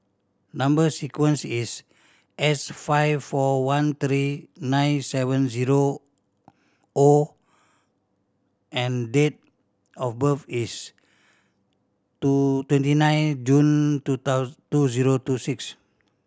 number sequence is S five four one three nine seven zero O and date of birth is two twenty nine June two two zero two six